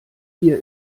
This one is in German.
hier